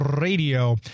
Radio